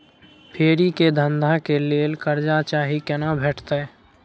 फेरी के धंधा के लेल कर्जा चाही केना भेटतै?